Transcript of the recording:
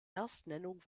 erstnennung